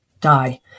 die